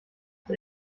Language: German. der